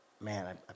man